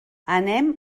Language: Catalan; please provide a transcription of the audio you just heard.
anem